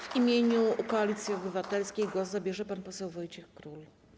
W imieniu Koalicji Obywatelskiej głos zabierze pan poseł Wojciech Król.